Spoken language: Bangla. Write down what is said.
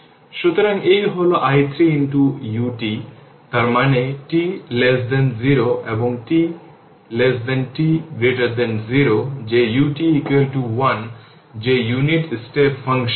সুতরাং এই হল i 3 ut তার মানে t 0 এবং t t 0 যে ut 1 যে ইউনিট স্টেপ ফাংশন